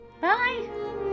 Bye